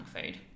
food